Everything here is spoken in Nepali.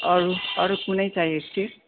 अरू अरू कुनै चाहिएको थियो